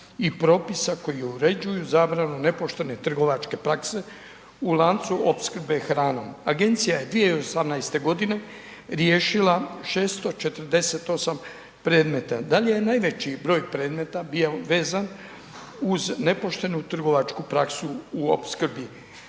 i propisa koji uređuju zabranu nepoštene trgovačke prakse u lancu opskrbe hranom. Agencija je 2018. godine riješila 648 predmeta. Da li je najveći broj predmeta bio vezan uz nepoštenu trgovačku praksu u opskrbi